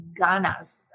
ganas